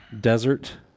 desert